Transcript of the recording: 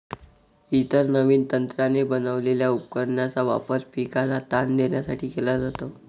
इतर नवीन तंत्राने बनवलेल्या उपकरणांचा वापर पिकाला ताण देण्यासाठी केला जातो